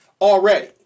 already